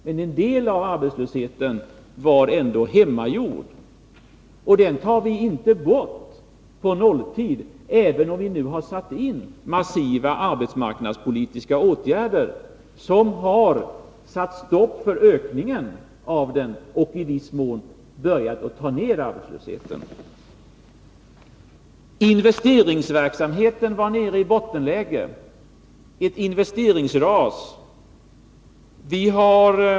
Men en del av arbetslösheten var ändå hemmagjord, och den kan vi inte få bort på nolltid, även om vi nu har satt in massiva arbetsmarknadspolitiska åtgärder, som har satt stopp för ökningen och i viss mån börjat få ner arbetslösheten. Investeringsverksamheten var nere i ett bottenläge. Det var fråga om ett investeringsras.